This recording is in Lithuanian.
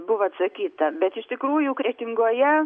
buvo atsakyta bet iš tikrųjų kretingoje